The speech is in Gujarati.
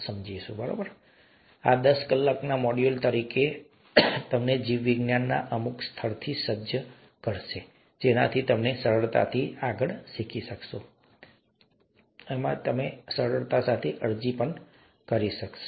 ઠીક છે અમે તમને આ દસ કલાકના મોડ્યુલ તરીકે આપીશું અને તે તમને જીવવિજ્ઞાનના અમુક સ્તરથી સજ્જ કરશે જેનાથી તમે સરળતાથી આગળ શીખી શકશો અને સરળતા સાથે અરજી કરવાનું પણ શરૂ કરી શકશો